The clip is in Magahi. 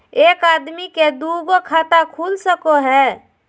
एक आदमी के दू गो खाता खुल सको है?